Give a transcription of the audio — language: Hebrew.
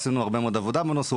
עשינו הרבה עבודה בנושא,